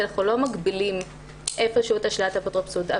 אנחנו לא מגבילים את שלילת האפוטרופסות.